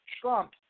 Trump